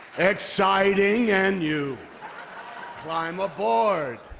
exciting and new climb aboard